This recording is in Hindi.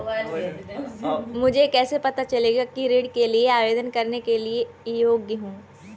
मुझे कैसे पता चलेगा कि मैं ऋण के लिए आवेदन करने के योग्य हूँ?